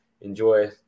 Enjoy